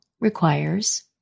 requires